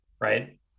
right